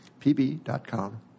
pb.com